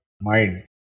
mind